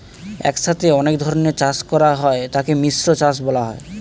একসাথে অনেক ধরনের চাষ করা হলে তাকে মিশ্র চাষ বলা হয়